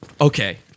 Okay